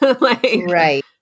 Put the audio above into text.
Right